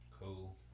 Cool